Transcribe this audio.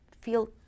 feel